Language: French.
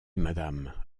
madame